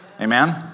Amen